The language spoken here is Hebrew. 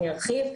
ארחיב.